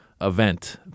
Event